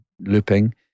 looping